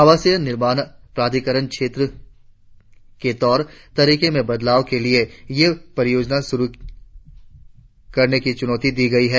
आवासीय निर्माण प्रौद्योगिकी क्षेत्र के तौर तरीकों मे बदलाव के लिए ये परियोजना शुरु करने की चुनौती दी गई है